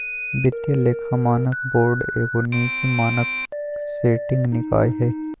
वित्तीय लेखा मानक बोर्ड एगो निजी मानक सेटिंग निकाय हइ